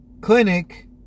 clinic